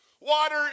Water